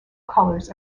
colors